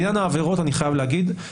לעניין העבירות אני חייב להגיד,